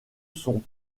son